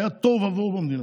היה תוהו ובוהו במדינה.